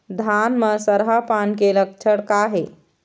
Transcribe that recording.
धान म सरहा पान के लक्षण का हे?